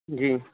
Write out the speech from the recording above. जी